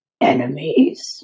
enemies